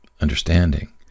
understanding